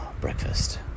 breakfast